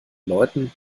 leuten